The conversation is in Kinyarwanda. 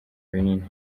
binini